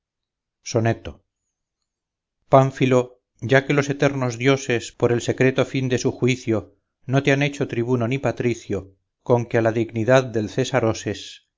soneto pánfilo ya que los eternos dioses por el secreto fin de su juicio no te han hecho tribuno ni patricio con que a la dignidad del césar oses